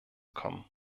kommen